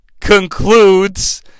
concludes